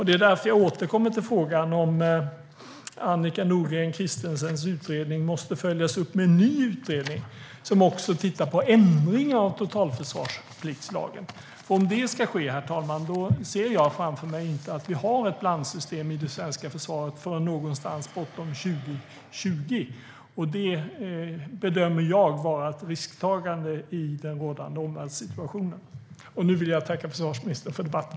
Det är därför jag återkommer till om Annika Nordgren Christensens utredning måste följas upp med en ny utredning som också tittar på ändringar av totalförsvarspliktslagen. Om det ska ske, herr talman, ser jag framför mig att vi inte har ett blandsystem i det svenska försvaret förrän någonstans bortom 2020, och det bedömer jag vara ett risktagande i den rådande omvärldssituationen. Jag tackar försvarsministern för debatten.